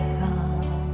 come